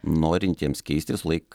norintiems keistis visą laik